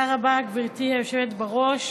תודה רבה, גברתי היושבת-ראש.